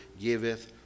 giveth